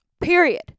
period